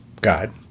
God